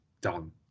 done